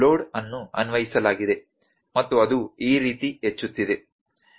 load ಅನ್ನು ಅನ್ವಯಿಸಲಾಗಿದೆ ಮತ್ತು ಅದು ಈ ರೀತಿ ಹೆಚ್ಚುತ್ತಿದೆ